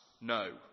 no